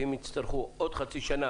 ואם יצטרכו עוד חצי שנה,